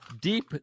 Deep